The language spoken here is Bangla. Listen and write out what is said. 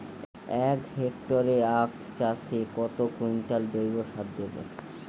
এক হেক্টরে আখ চাষে কত কুইন্টাল জৈবসার দেবো?